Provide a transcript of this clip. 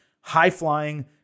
high-flying